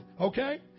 Okay